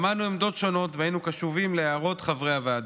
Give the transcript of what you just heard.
שמענו עמדות שונות והיינו קשובים להערות חברי הוועדה.